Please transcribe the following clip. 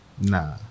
Nah